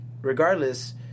regardless